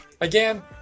again